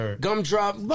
Gumdrop